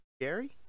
Gary